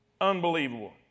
Unbelievable